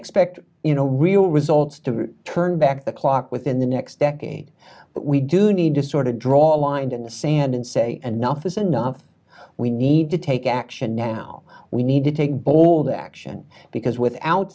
expect you know real results to turn back the clock within the next decade but we do need to sort of draw a line in the sand and say enough is enough we need to take action now we need to take bold action because without